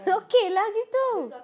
okay lah gitu